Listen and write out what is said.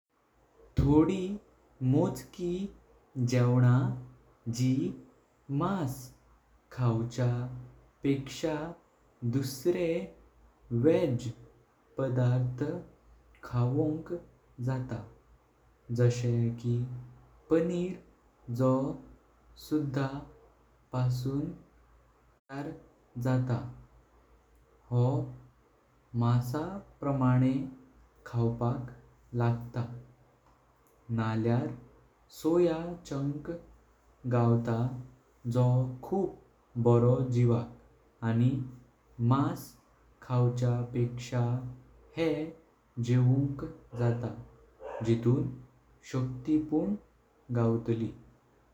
थोडी मोजकी जेवणां जी मास खावच्या पेकशा दुसरे वेग पदार्थ खावंक जाता। जशे की पन्नेर जो सुधा पासून तोयर जाता। जो मासा प्रमाणे खावपाक लागतां नजाळ्यार सोया चुंक गावता। जो खूप बरो जीवांक आनी मास खावच्या पेकशा हे जेवुंक जाता जितूं शक्ति पुन घावटली।